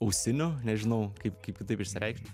ausinių nežinau kaip kaip kitaip išsireikšt